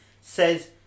says